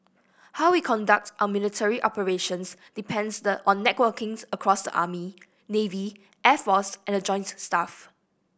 how we conduct our military operations depends the on networking across the army navy air force and the joint staff